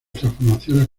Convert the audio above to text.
transformaciones